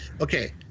Okay